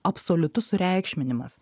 absoliutus sureikšminimas